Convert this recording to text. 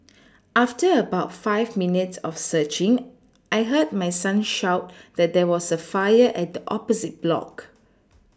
after about five minutes of searching I heard my son shout that there was a fire at the opposite block